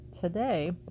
today